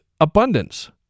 abundance